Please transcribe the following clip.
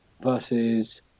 versus